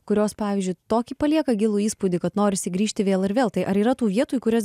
kurios pavyzdžiui tokį palieka gilų įspūdį kad norisi grįžti vėl ir vėl tai ar yra tų vietų į kurias